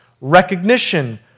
recognition